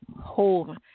home